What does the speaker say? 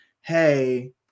hey